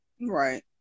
Right